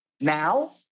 now